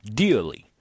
dearly